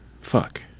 Fuck